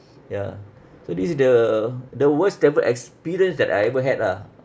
ya so this is the the worst ever experience that I ever had ah